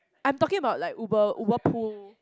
I'm talking about like Uber Uber pool